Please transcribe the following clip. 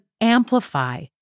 amplify